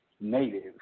native